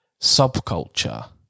subculture